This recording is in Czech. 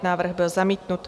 Návrh byl zamítnut.